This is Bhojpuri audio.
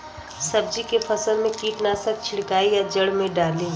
सब्जी के फसल मे कीटनाशक छिड़काई या जड़ मे डाली?